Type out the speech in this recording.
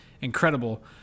incredible